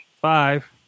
Five